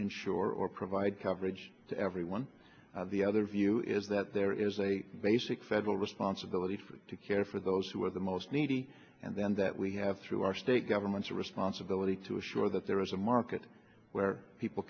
insure or provide coverage to everyone the other view is that there is a basic federal responsibility to care for those who are the most needy and then that we have through our state government's responsibility to assure that there is a market where people